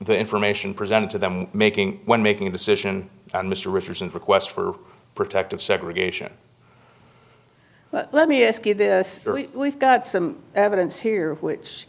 the information presented to them making when making a decision on mr richardson's request for protective segregation let me ask you this we've got some evidence here which